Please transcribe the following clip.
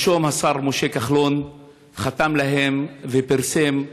שלשום השר משה כחלון חתם להם, ופרסם,